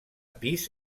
pis